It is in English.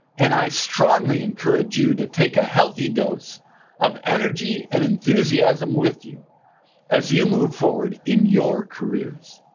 and i strongly encourage you to take a healthy dose of energy and enthusiasm with you as you move forward in your careers.